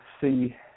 see